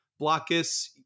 Blockus